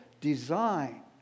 design